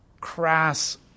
crass